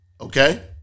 okay